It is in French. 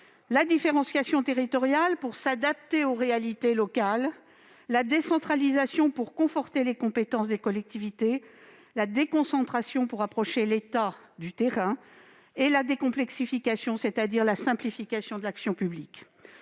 la différenciation territoriale pour s'adapter aux réalités locales, de la décentralisation pour conforter les compétences des collectivités, de la déconcentration pour rapprocher l'État du terrain, et de la décomplexification, c'est-à-dire la simplification de l'action publique.